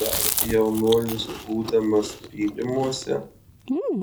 dar jaunuolis būdamas pylimuose